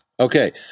Okay